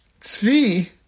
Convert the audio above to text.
tzvi